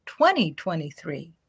2023